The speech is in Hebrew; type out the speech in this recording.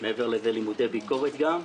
גם בלימודי ביקורת.